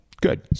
Good